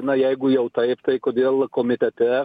na jeigu jau taip tai kodėl komitete